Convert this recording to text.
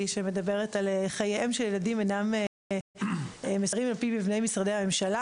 שמדבר על-כך שחייהם של ילדים אינם מסודרים על פי מבני משרדי הממשלה